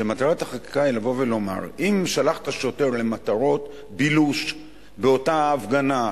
שמטרת החקיקה היא לבוא ולומר: אם שלחת שוטר למטרות בילוש באותה הפגנה,